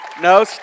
No